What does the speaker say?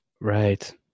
Right